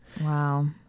Wow